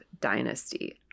dynasty